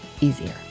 easier